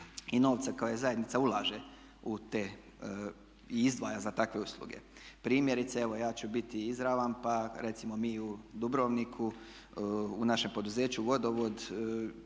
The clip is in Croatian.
i novca koji zajednica ulaže i izdvaja za takve usluge. Primjerice, evo ja ću biti izravan pa recimo mi u Dubrovniku u našem poduzeću Vodovod